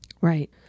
Right